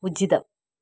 ഉചിതം